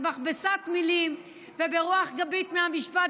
אז במכבסת מילים וברוח גבית מהמשפט